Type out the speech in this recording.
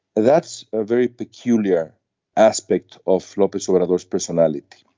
that's a very peculiar aspect of lopez of but others personality.